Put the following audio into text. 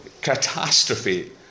catastrophe